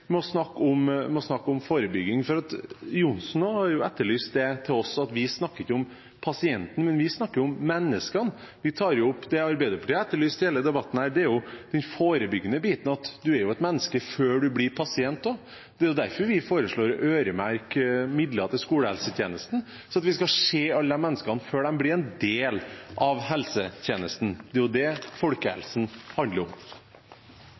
med å snakke om forebygging. Representanten Ørmen Johnsen har også etterlyst det fra oss, dette at vi ikke snakker om pasienten. Men vi snakker om menneskene. Vi tar opp det som Arbeiderpartiet har etterlyst i hele denne debatten, det er den forebyggende biten. Man er jo et menneske før man blir pasient også. Det er derfor vi foreslår å øremerke midler til skolehelsetjenesten, slik at man skal se alle menneskene før de blir en del av helsetjenesten. Det er det folkehelsen handler om.